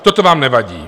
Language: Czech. Toto vám nevadí!